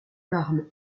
larmes